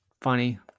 funny